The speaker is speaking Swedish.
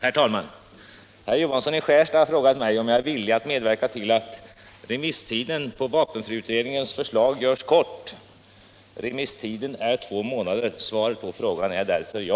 Herr Johansson i Skärstad har frågat mig om jag är villig att medverka till att remisstiden på vapenfriutredningens förslag görs kort. Remisstiden är två månader. Svaret på frågan är därför ja.